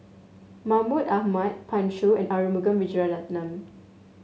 Mahmud Ahmad Pan Shou and Arumugam Vijiaratnam